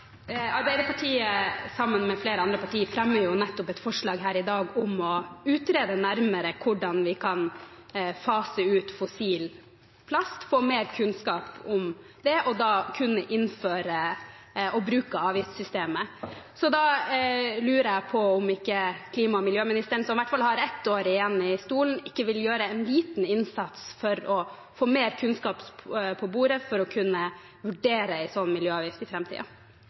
Arbeiderpartiet, sammen med flere andre partier, fremmer nettopp forslag her i dag om å utrede nærmere hvordan vi kan fase ut fossil plast, få mer kunnskap om det, og slik kunne innføre og bruke avgiftssystemet. Da lurer jeg på om ikke klima- og miljøministeren, som i hvert fall har ett år igjen i stolen, vil gjøre en liten innsats for å få mer kunnskap på bordet for å kunne vurdere en slik miljøavgift i